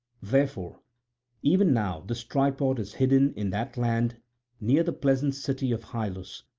therefore even now this tripod is hidden in that land near the pleasant city of hyllus,